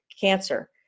cancer